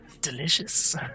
Delicious